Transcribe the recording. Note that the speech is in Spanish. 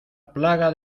plaga